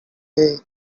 way